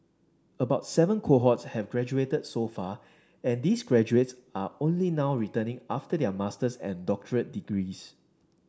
about seven cohorts have graduated so far and these graduates are only now returning after their master's and doctorate degrees